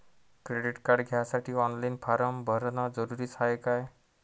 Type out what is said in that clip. Credit card घ्यासाठी online form भरन जरुरीच हाय का?